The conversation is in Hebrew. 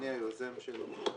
אני היוזם שלו,